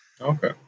Okay